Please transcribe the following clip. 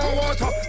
water